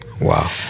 Wow